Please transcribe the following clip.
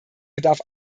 bedarf